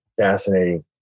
fascinating